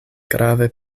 grave